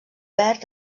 verd